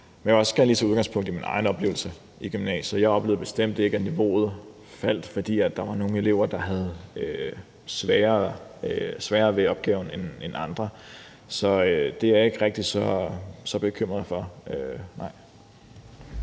jeg vil også gerne lige tage udgangspunkt i min egen oplevelse i gymnasiet. Jeg oplevede bestemt ikke, at niveauet faldt, fordi der var nogle elever, der havde sværere ved opgaverne end andre. Så nej, det er jeg ikke rigtig så bekymret for.